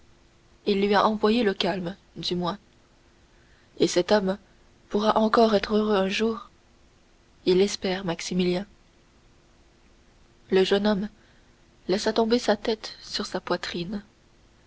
il lui a envoyé le calme du moins et cet homme pourra encore être heureux un jour il l'espère maximilien le jeune homme laissa tomber sa tête sur sa poitrine